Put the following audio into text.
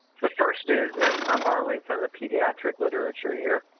the first is, and i'm borrowing from the pediatric literature here,